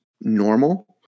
normal